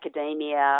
academia